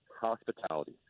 hospitality